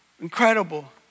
incredible